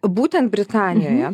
būtent britanijoje